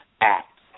act